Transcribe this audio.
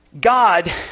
God